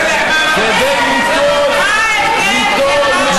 כדי ליטול מהציבור בישראל,